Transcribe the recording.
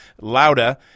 Lauda